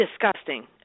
disgusting